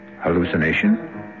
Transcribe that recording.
Hallucination